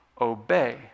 obey